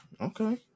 Okay